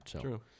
True